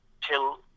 till